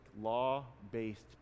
law-based